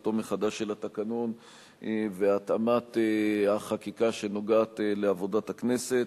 עריכתו מחדש של התקנון והתאמת החקיקה שנוגעת לעבודת הכנסת.